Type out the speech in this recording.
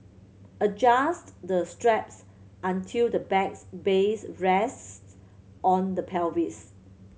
adjust the straps until the bag's base rests on the pelvis